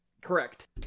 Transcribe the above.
Correct